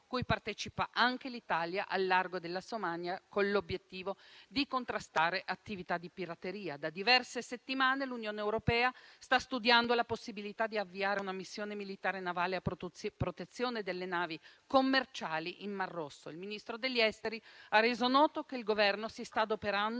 cui partecipa anche l'Italia al largo della Somalia, con l'obiettivo di contrastare attività di pirateria. Da diverse settimane l'Unione europea sta studiando la possibilità di avviare una missione militare navale a protezione delle navi commerciali in mar Rosso. Il Ministro degli affari esteri ha reso noto che il Governo si sta adoperando